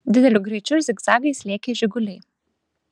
dideliu greičiu zigzagais lėkė žiguliai